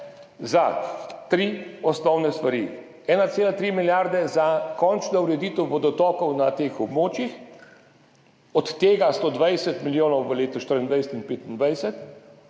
za tri osnovne stvari. 1,3 milijarde za končno ureditev vodotokov na teh območjih, od tega 120 milijonov v letih 2024 in 2025